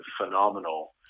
phenomenal